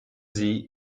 sie